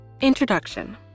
Introduction